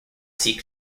seat